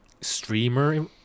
streamer